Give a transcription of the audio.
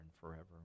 forever